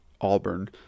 Auburn